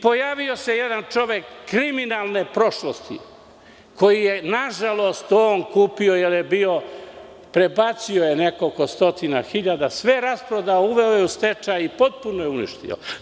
Pojavio se jedan čovek kriminalne prošlosti, koji je, nažalost, kupio jer je prebacio nekoliko stotina hiljada, sve rasprodao, uveo je u stečaj i potpuno je uništio.